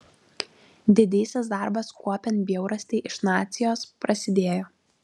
didysis darbas kuopiant bjaurastį iš nacijos prasidėjo